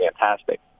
fantastic